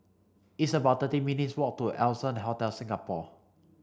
it's about thirty minutes' walk to Allson Hotel Singapore